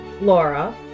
Laura